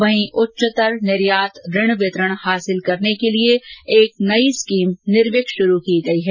वहीं उच्चतर निर्यात ऋण वितरण हासिल करने के लिए एक नई स्कीम निर्विक शुरू की गई है